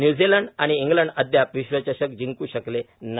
New Zealand आणि England अदयाप विश्वचषक जिंकू शकले नाही